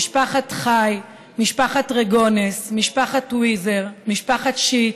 משפחת חי, משפחת רגונס, משפחת טוויזר, משפחת שיץ,